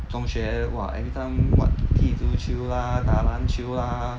中学 !wah! every time what 踢足球 lah 打篮球 lah